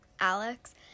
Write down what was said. Alex